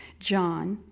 john,